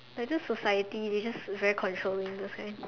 like those society they just very controlling those kind